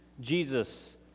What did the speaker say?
Jesus